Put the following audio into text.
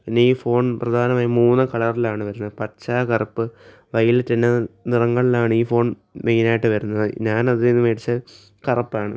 പിന്നെ ഈ ഫോൺ പ്രധാനമായും മൂന്ന് കളറിലാണ് വരുന്നത് പച്ച കറുപ്പ് വയലറ്റ് എന്ന നിറങ്ങളിലാണ് ഈ ഫോൺ മെയിൻ ആയിട്ട് വരുന്നത് ഞാൻ അതിൽ നിന്ന് മേടിച്ചത് കറുപ്പാണ്